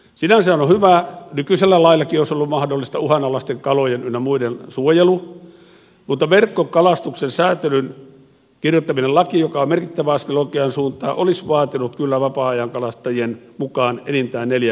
nykyiselläkin lailla olisi ollut mahdollista uhanalaisten kalojen ynnä muiden suojelu mutta verkkokalastuksen sääntelyn kirjoittaminen lakiin joka on merkittävä askel oikeaan suuntaan olisi vaatinut kyllä vapaa ajankalastajien mukaan enintään neljän verkon rajan